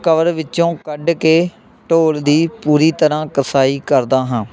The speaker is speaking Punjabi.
ਕਵਰ ਵਿੱਚੋਂ ਕੱਢ ਕੇ ਢੋਲ ਦੀ ਪੂਰੀ ਤਰ੍ਹਾਂ ਕਸਾਈ ਕਰਦਾ ਹਾਂ